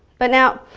but now,